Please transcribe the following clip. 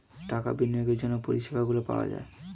টাকা বিনিয়োগের জন্য পরিষেবাগুলো পাওয়া যায়